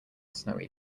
snowy